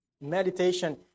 meditation